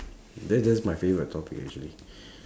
that just my favourite topic actually